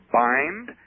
bind